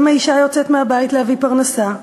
גם האישה יוצאת מהבית להביא פרנסה,